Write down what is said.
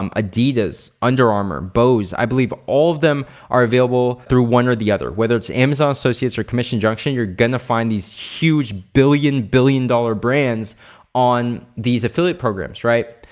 um adidas, under armour, bose. i believe all of them are available through one or the other whether it's amazon associates or commission junction you're gonna find these huge billion, billion dollar brands on these affiliate programs right?